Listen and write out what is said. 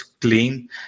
clean